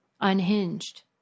unhinged